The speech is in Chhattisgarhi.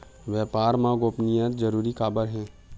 व्यापार मा गोपनीयता जरूरी काबर हे?